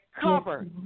cover